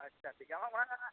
ᱟᱪᱪᱷᱟ ᱴᱷᱤᱠ ᱜᱮᱭᱟ